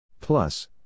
Plus